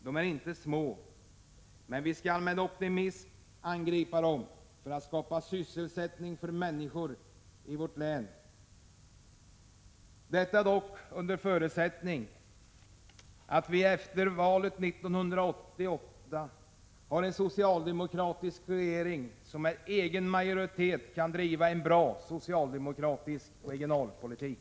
De är inte små, men vi skall med optimism angripa dem för att skapa sysselsättning för människorna i vårt län — detta dock under förutsättning att vi efter valet 1988 har en socialdemokratisk regering som med egen majoritet kan driva en bra socialdemokratisk regionalpolitik.